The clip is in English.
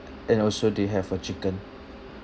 and also they have a chicken